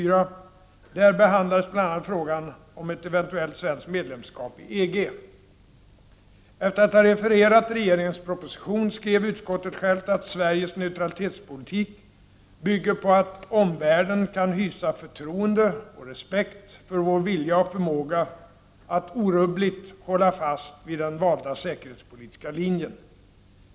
Där behandlades bl.a. frågan om ett eventuellt svenskt medlemskap i EG. Efter att ha refererat regeringens proposition skrev utskottet självt att Sveriges neutralitetspolitik bygger på att ”omvärlden kan hysa förtroende och respekt för vår vilja och förmåga att orubbligt hålla fast vid den valda säkerhetspolitiska linjen.